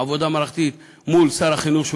עבודה מערכתית מול שר החינוך,